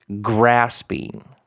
grasping